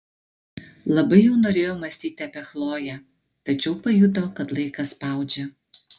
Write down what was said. labai jau norėjo mąstyti apie chloję tačiau pajuto kad laikas spaudžia